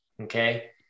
Okay